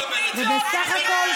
מתוקף מה?